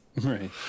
Right